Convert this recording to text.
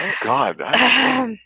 God